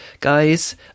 Guys